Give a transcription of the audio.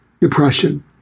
depression